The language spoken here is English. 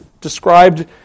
described